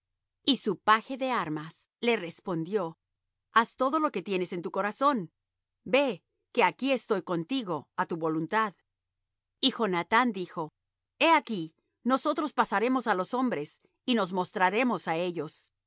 y su paje de armas le respondió haz todo lo que tienes en tu corazón ve que aquí estoy contigo á tu voluntad y jonathán dijo he aquí nosotros pasaremos á los hombres y nos mostraremos á ellos